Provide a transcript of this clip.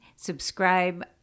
subscribe